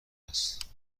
است